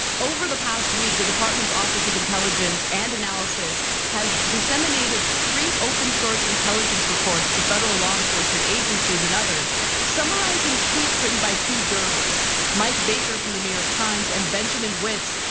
over the past week, the department's office of intelligence and analysis has disseminated three open source intelligence reports to federal law enforcement agencies and others summarizing tweets written by two journalists mike baker from the new york times and benjamin wittes,